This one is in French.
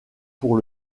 pour